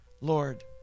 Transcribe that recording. Lord